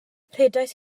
rhedais